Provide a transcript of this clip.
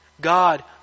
God